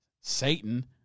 Satan